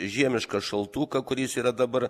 žiemišką šaltuką kuris yra dabar